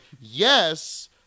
yes